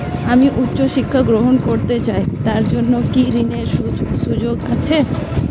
আমি উচ্চ শিক্ষা গ্রহণ করতে চাই তার জন্য কি ঋনের সুযোগ আছে?